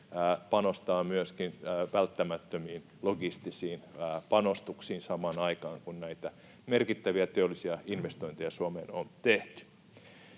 panostaa myöskin välttämättömiin logistisiin panostuksiin samaan aikaan, kun näitä merkittäviä teollisia investointeja Suomeen on tehty.